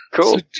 Cool